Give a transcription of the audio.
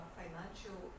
financial